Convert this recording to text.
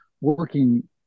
working